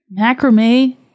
Macrame